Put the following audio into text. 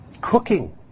cooking